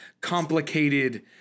complicated